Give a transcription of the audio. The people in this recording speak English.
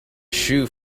shoe